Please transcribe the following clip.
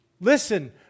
Listen